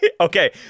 Okay